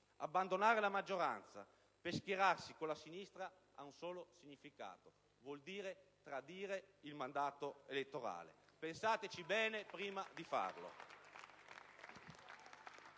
Abbandonare la maggioranza per schierarsi con la sinistra ha un solo significato: tradire il mandato elettorale. Pensateci bene prima di farlo.